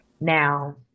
Now